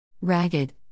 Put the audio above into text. ragged